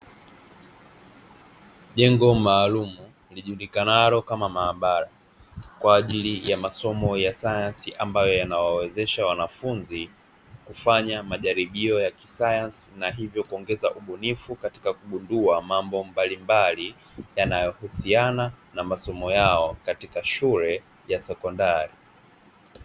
Jengo maalumu lijulikanalo kama maabara kwaajili ya masomo ya sayansi yanayowawezesha wanafunzi kufanya majaribio ya kisayansi na hivyo kuongeza ubunifu katika kugundua mambo mbalimbali yanayohusiana na masomo yao katika shule ya sekondari.